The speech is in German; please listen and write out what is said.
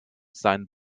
sein